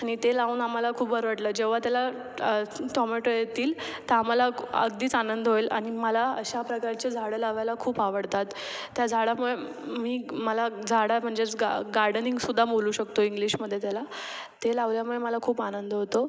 आणि ते लावून आम्हाला खूप बरं वाटलं जेव्हा त्याला टोमॅटो येतील तर आम्हाला क अगदीच आनंद होईल आणि मला अशा प्रकारचे झाडं लावायला खूप आवडतात त्या झाडामुळे मी मला झाडा म्हणजेच गा गार्डनिंगसुद्धा बोलू शकतो इंग्लिशमध्ये त्याला ते लावल्यामुळे मला खूप आनंद होतो